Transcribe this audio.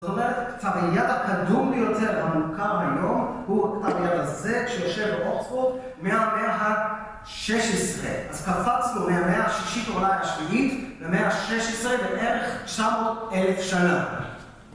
זאת אומרת, כתב היד הקדום ביותר, המוכר היום, הוא הכתב היד הזה, שיושב באוקספורד, מהמאה ה-16. אז קפצנו מהמאה השישית, אולי השביעית, למאה ה-16, בערך 900-1000 שנה.